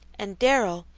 and darrell,